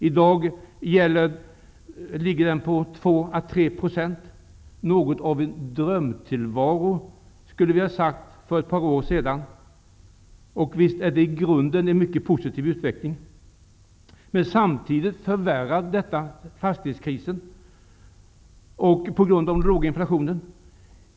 I dag ligger den på 2 à 3 %. Något av en drömtillvaro, skulle vi sagt för ett par år sedan. Visst är det i grunden en mycket positiv utveckling, men samtidigt förvärrar det fastighetskrisen på grund av den låga inflationen.